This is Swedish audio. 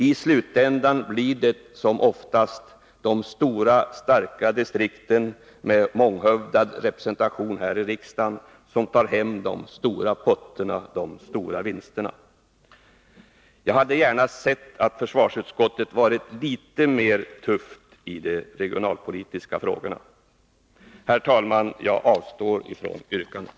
I slutändan blir det som oftast de stora och starka distrikten med månghövdad representation här i riksdagen som tar hem de stora potterna, de stora vinsterna. Jag hade gärna sett att försvarsutskottet hade varit litet mera tufft i de regionalpolitiska frågorna. Fru talman! Jag avstår från yrkanden.